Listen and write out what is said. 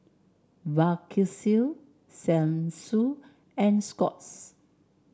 Vagisil Selsun and Scott's